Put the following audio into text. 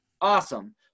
awesome